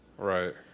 Right